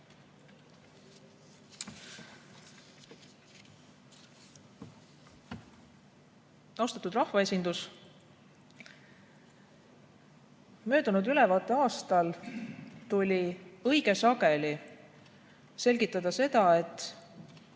Austatud rahvaesindus! Möödunud ülevaateaastal tuli õige sageli selgitada, et